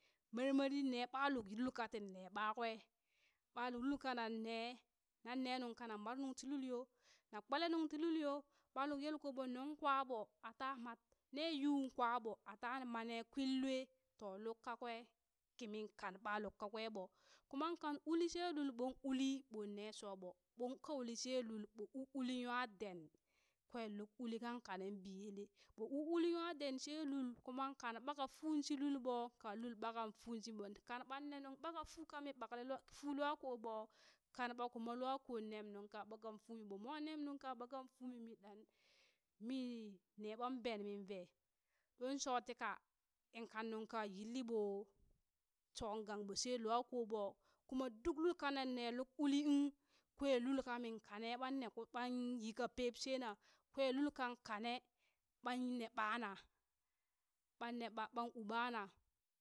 Ne ɓa luk lul katin ne ɓakwe, ɓa lul kanan ne nungkana mar nung ti lil yo, na kpele nungti lul yo, ɓa luk yelkoɓo nung kwaɓo ata mat ne yun kwa ɓo ata mane kwin lue, to luk kakwe kimin kan ɓo ɓa luk kakwe ɓo kuman kan uli she lul ɓon uli ɓon ne sho ɓo, ɓon ka uli she lul ɓon u uli nwa den kwen luk uli kan kane biyele ɓo u uli nwa den she lul kuma kan ɓaka fun shi lulbo kan lul ɓakam fun shiɓo kan ɓan ne nung ɓaka fu ka mi ɓakale fun lwakoɓo, kan ɓa kuma lwako nem nung ka ɓakam fumi ɓo mwa nem nung ka ɓakam fumi min ɗan mi ne ɓan ben min ve lo shotika in kan nunka yilliɓo shon gangɓo she lwakoɓo, kuma duk lul kanan ne luk uli uŋ kwen lul kamin kane ban ne ku ɓan yi ka peep she na kwen lul kan kane ɓan ne ɓa na ɓan ne ɓa ban u ɓana.